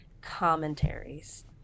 commentaries